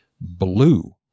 blue